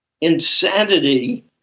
insanity